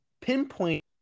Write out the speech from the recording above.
pinpoint